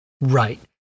Right